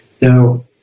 Now